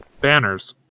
banners